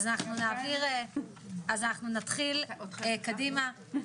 אז אנחנו נתחיל קדימה,